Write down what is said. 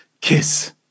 KISS